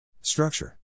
Structure